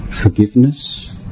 forgiveness